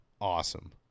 awesome